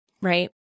right